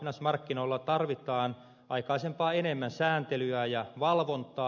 markkinoilla tarvitaan aikaisempaa enemmän sääntelyä ja valvontaa